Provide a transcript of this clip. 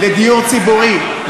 לדיור ציבורי.